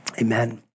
amen